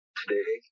today